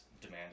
demand